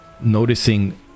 noticing